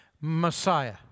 Messiah